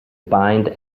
bind